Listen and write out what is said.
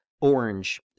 orange